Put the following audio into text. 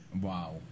Wow